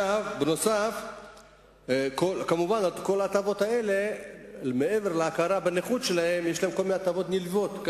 מעבר להכרה בנכות שלהם יש להם כל מיני הטבות נלוות,